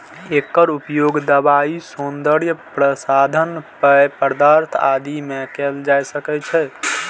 एकर प्रयोग दवाइ, सौंदर्य प्रसाधन, पेय पदार्थ आदि मे कैल जाइ छै